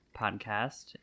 podcast